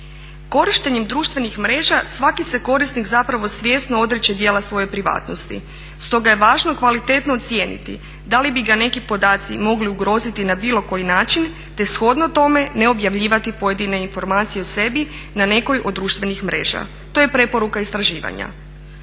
Korištenjem društvenih mreža svaki se korisnik zapravo svjesno odriče dijela svoje privatnosti, stoga je važno kvalitetno ocijeniti da li bi ga neki podaci mogli ugroziti na bilo koji način te shodno tome ne objavljivati pojedine informacije o sebi na nekoj od društvenih mreža. To je preporuka istraživanja.